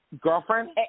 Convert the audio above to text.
Girlfriend